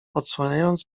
odsłaniając